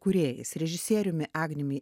kūrėjais režisieriumi agniumi